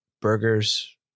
burgers